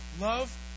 Love